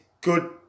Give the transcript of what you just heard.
good